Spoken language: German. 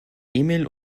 emil